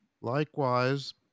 likewise